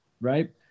Right